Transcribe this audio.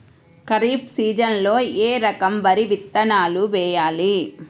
ఖరీఫ్ సీజన్లో ఏ రకం వరి విత్తనాలు వేయాలి?